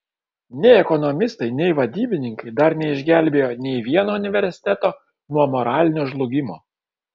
nei ekonomistai nei vadybininkai dar neišgelbėjo nei vieno universiteto nuo moralinio žlugimo